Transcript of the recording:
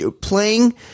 playing